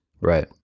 Right